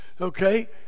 Okay